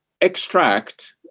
extract